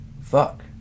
Fuck